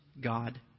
God